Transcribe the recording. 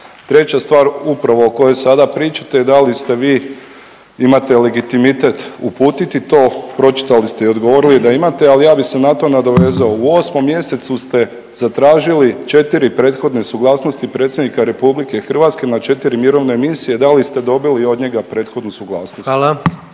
Treća stvar, upravo o kojoj sada pričate, da li ste vi, imate legitimitet uputiti to, pročitali ste i odgovorili da imate, ali ja bi se na to nadovezao. U 8. mjesecu ste zatražili 4 prethodne suglasnosti predsjednika RH na 4 mirovne misije, da li ste dobili i od njega prethodnu suglasnost?